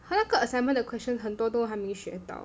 和那个 assignment the question 很多都还没选到